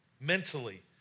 Mentally